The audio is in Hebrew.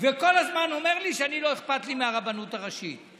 וכל הזמן אומר לי שלא אכפת לי מהרבנות הראשית.